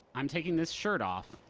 i'm taking this shirt off,